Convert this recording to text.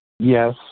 Yes